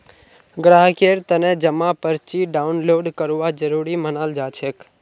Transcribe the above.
ग्राहकेर तने जमा पर्ची डाउनलोड करवा जरूरी मनाल जाछेक